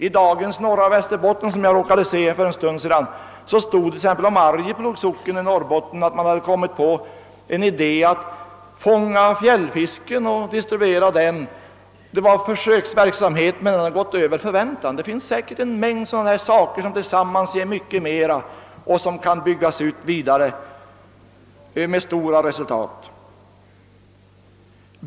I dagens nummer av tidningen Norra Västerbotten läste jag att man i Arjeplogs socken i Norrbotten kommit på idén att fånga fjällfisk och distribuera den. Det var visserligen en försöksverksamhet, men den har gått över förväntan. Det finns säkerligen en mängd liknande uppslag som tillsammans kan ge goda resultat.